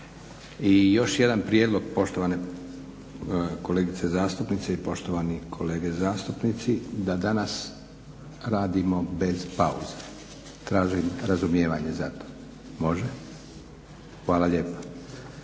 I još jedan prijedlog poštovane kolegice zastupnice i poštovani kolege zastupnici da danas radimo bez pauze. Tražim razumijevanje za to. Može? Hvala lijepa.